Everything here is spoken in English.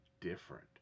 different